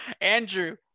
Andrew